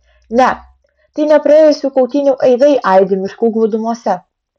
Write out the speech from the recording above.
ne tai ne praėjusių kautynių aidai aidi miškų glūdumose